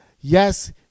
Yes